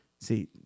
See